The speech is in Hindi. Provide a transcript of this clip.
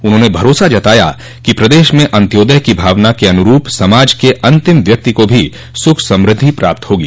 उन्होंने भरोसा जताया कि प्रदेश में अन्त्योदय की भावना के अनुरूप समाज क अन्तिम व्यक्ति को भी सुख समृद्धि प्राप्त होगी